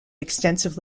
extensive